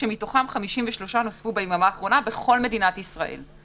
כשמתוכם 53 נוספו ביממה האחרונה בכל מדינת ישראל.